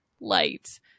light